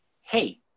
hey